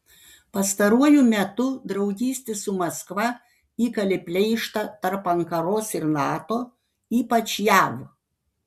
pastaruoju metu draugystė su maskva įkalė pleištą tarp ankaros ir nato ypač jav